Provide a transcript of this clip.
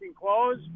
clothes